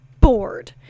bored